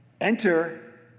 Enter